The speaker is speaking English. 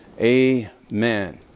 Amen